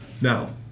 now